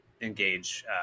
engage